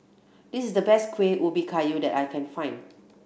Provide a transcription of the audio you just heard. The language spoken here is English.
this is the best Kuih Ubi Kayu that I can find